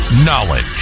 Knowledge